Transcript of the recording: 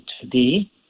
today